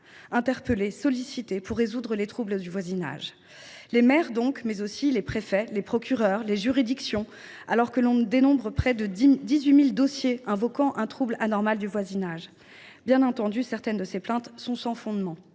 interpellés et sollicités pour résoudre les troubles de voisinage. Il en va de même pour les préfets, les procureurs, les juridictions, alors que l’on dénombre près de 18 000 dossiers ayant trait à un trouble anormal du voisinage. Bien entendu, certaines de ces plaintes sont sans fondement